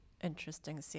interesting